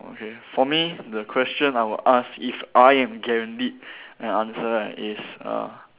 okay for me the question I would ask if I am guaranteed an answer is uh